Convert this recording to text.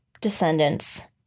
descendants